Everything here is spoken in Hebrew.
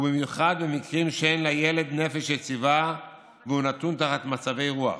ובמיוחד במקרים שאין לילד נפש יציבה והוא נתון תחת מצבי רוח,